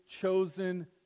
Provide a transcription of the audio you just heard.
chosen